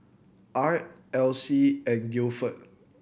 Art Elyse and Gilford